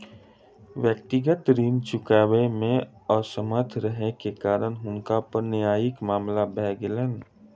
व्यक्तिगत ऋण चुकबै मे असमर्थ रहै के कारण हुनका पर न्यायिक मामला भ गेलैन